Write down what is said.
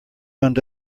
unto